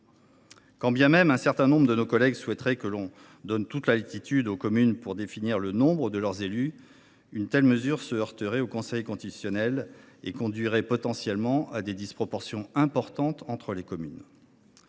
Quand bien même un certain nombre de nos collègues voudraient que l’on donne toute latitude aux communes pour définir le nombre de leurs élus, une telle mesure se heurterait au Conseil constitutionnel et pourrait conduire à des disproportions importantes entre communes.